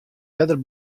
earder